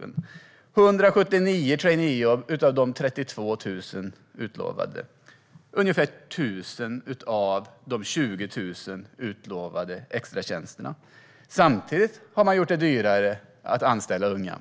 Det blev 179 traineejobb av de 32 000 utlovade, och det blev ungefär 1 000 extratjänster av de 20 000 utlovade. Samtidigt har man gjort det dyrare att anställa unga.